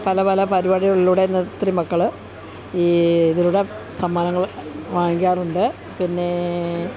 പല പല പരിപാടികളിലൂടെ ഒത്തിരി മക്കൾ ഈ ഇതിലൂടെ സമ്മാനങ്ങൾ വാങ്ങിക്കാറുണ്ട് പിന്നേ